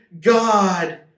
God